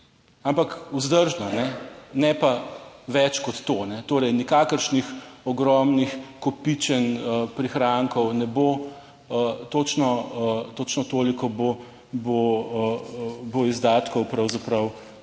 Ampak vzdržna, ne pa več kot to, torej nikakršnih ogromnih kopičenj prihrankov ne bo. Točno toliko bo izdatkov pravzaprav